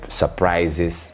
surprises